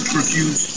refuse